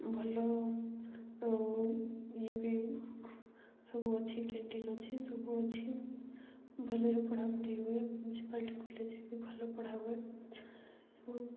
ଭଲ ଆଉ ଇଏ ବି ସବୁ ଅଛି କ୍ୟାଣ୍ଟିନ୍ ଅଛି ସବୁ ଅଛି ଭଲରେ ପଢ଼ାପଢ଼ି ହୁଏ ମ୍ୟୁନସିପାଲିଟି କଲେଜ୍ ବି ଭଲ ପଢ଼ା ହୁଏ ଏବଂ